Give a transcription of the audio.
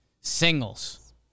singles